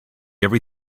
every